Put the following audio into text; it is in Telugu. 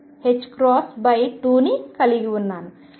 ని కలిగి ఉన్నాను